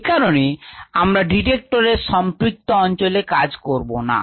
এ কারণে আমরা ডিটেক্টরের সম্পৃক্ত অঞ্চলে কাজ করবো না